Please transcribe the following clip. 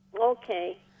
okay